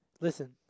listen